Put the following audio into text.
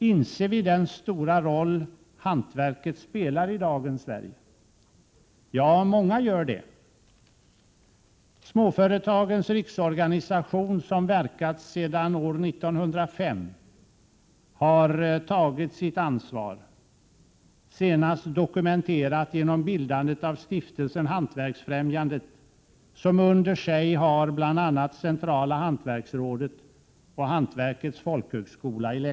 Inser vi den stora roll hantverket spelar i dagens Sverige? Ja, många gör det. Småföretagens riksorganisation, som verkat sedan 1905, har genom åren tagit sitt ansvar, senast dokumenterat genom bildandet av Stiftelsen Hantverksfrämjandet, som under sig har bl.a. Centrala hantverksrådet och Hantverkets folkhögskola i Leksand.